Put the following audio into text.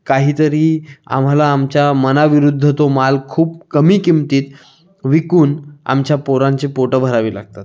काहीतरी आम्हाला आमच्या मनाविरुद्ध तो माल खूप कमी किमतीत विकून आमच्या पोरांची पोटं भरावी लागतात